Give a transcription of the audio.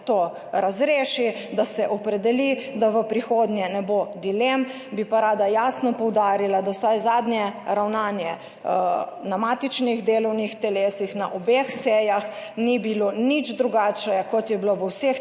to razreši, da se opredeli, da v prihodnje ne bo dilem, bi pa rada jasno poudarila, da vsaj zadnje ravnanje na matičnih delovnih telesih, na obeh sejah, ni bilo nič drugače kot je bilo v vseh